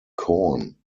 corn